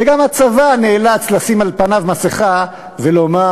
וגם הצבא נאלץ לשים על פניו מסכה ולומר: